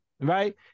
right